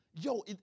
Yo